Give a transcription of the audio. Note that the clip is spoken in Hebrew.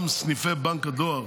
גם סניפי בנק הדואר